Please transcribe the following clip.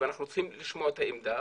ואנחנו צריכים לשמוע את העמדה,